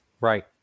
right